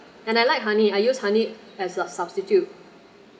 and I like honey I use honey as a substitute